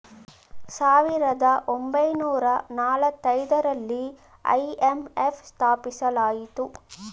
ಸಾವಿರದ ಒಂಬೈನೂರ ನಾಲತೈದರಲ್ಲಿ ಐ.ಎಂ.ಎಫ್ ಸ್ಥಾಪಿಸಲಾಯಿತು